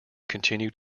continued